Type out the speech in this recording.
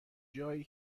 جایی